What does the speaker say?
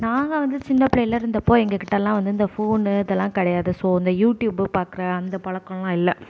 நாங்கள் வந்து சின்ன பிள்ளையில இருந்தப்போ எங்கள் கிட்டலாம் வந்து இந்த ஃபோன் இதெலாம் கிடையாது ஸோ இந்த யூடியூப் பார்க்குற அந்த பழக்கலாம் இல்லை